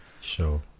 Sure